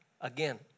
again